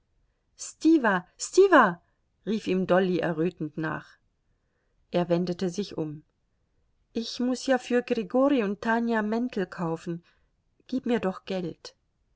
stiwa stiwa rief ihm dolly errötend nach er wendete sich um ich muß ja für grigori und tanja mäntel kaufen gib mir doch geld